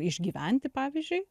išgyventi pavyzdžiui